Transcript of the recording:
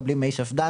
מקבלים מי שפד"ן,